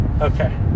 Okay